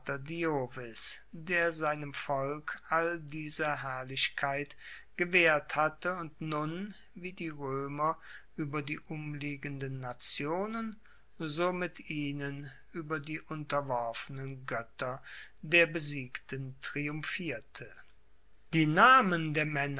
der seinem volk all diese herrlichkeit gewaehrt hatte und nun wie die roemer ueber die umliegenden nationen so mit ihnen ueber die unterworfenen goetter der besiegten triumphierte die namen